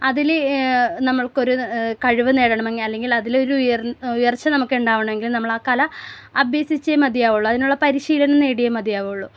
അതിൽ നമ്മൾക്ക് ഒരു കഴിവ് നേടണമെങ്കിൽ അല്ലെങ്കിൽ അതിലൊരു ഉയർച്ച നമുക്ക് ഉണ്ടാകണം എങ്കിൽ നമ്മൾ ആ കല അഭ്യസിച്ചേ മതിയാവുള്ളു അതിനുള്ള പരിശീലനം നേടിയേ മതിയാവുള്ളു